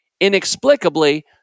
Inexplicably